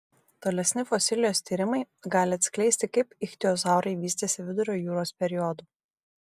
tolesni fosilijos tyrimai gali atskleisti kaip ichtiozaurai vystėsi vidurio jūros periodu